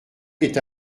est